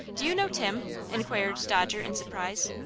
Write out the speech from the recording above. do you know tim? inquired dodger, in surprise.